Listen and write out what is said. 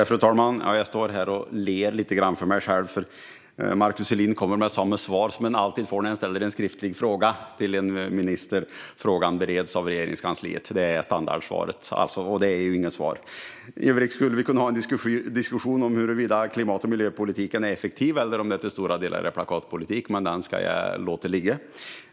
Fru talman! Jag står här och ler lite grann för mig själv, för Markus Selin kommer med samma svar som en alltid får när en ställer en skriftlig fråga till en minister: Frågan bereds av Regeringskansliet. Det är standardsvaret, och det är ju inget svar. I övrigt skulle vi kunna ha en diskussion om huruvida klimat och miljöpolitiken är effektiv eller om den till stora delar är plakatpolitik, men det ska jag låta ligga.